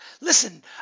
Listen